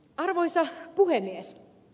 arvoisa puhemies